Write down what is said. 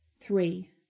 Three